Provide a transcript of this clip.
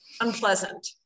unpleasant